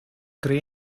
grey